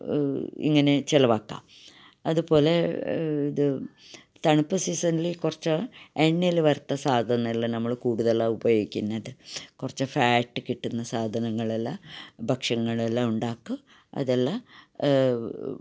ഇങ്ങനെ ചിലവാക്കാം അതുപോലെ ഇത് തണുപ്പ് സീസണില് കുറച്ച് എണ്ണയില് വരുത്ത സാധനമെല്ലാം നമ്മള് കൂടുതലാണ് ഉപയോഗിക്കുന്നത് കുറച്ച് ഫാറ്റ് കിട്ടുന്ന സാധനങ്ങളെല്ലാം ഭക്ഷങ്ങളെല്ലാം ഉണ്ടാക്കും അതെല്ലാം